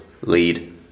lead